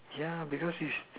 yeah because is